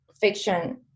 fiction